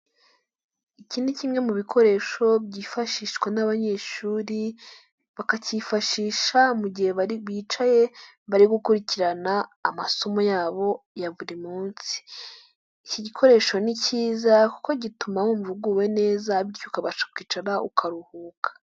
Iki ni kimwe mu bikoresho byifashishwa n'abanyeshuri, bakacyifashisha mu gihe bari bicaye bari gukurikirana amasomo yabo ya buri munsi. Iki gikoresho ni kiza kuko gituma wumva uguwe neza bityo ukabasha kwicara ukaruhuka.